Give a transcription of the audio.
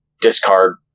Discard